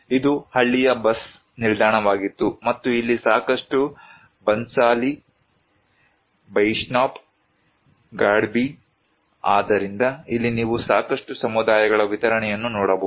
ಇದು ಹಳ್ಳಿಯ ಬಸ್ ನಿಲ್ದಾಣವಾಗಿತ್ತು ಮತ್ತು ಇಲ್ಲಿ ಸಾಕಷ್ಟು ಬನ್ಶಾಲಿ ಬೈಶ್ನಾಬ್ ಗಡ್ಬಿ ಆದ್ದರಿಂದ ಇಲ್ಲಿ ನೀವು ಸಾಕಷ್ಟು ಸಮುದಾಯಗಳ ವಿತರಣೆಯನ್ನು ನೋಡಬಹುದು